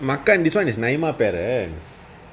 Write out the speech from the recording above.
மாக்கான்:maakaan this one is nine my parents